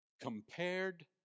Compared